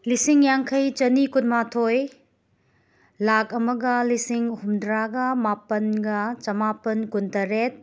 ꯂꯤꯁꯤꯡ ꯌꯥꯡꯈꯩ ꯆꯅꯤ ꯀꯨꯟꯃꯥꯊꯣꯏ ꯂꯥꯛ ꯑꯃꯒ ꯂꯤꯁꯤꯡ ꯍꯨꯝꯗ꯭ꯔꯥꯒ ꯃꯥꯄꯟꯒ ꯆꯥꯃꯥꯄꯟ ꯀꯨꯟꯇꯔꯦꯠ